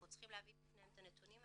אנחנו צריכים להביא בפניהם את הנתונים,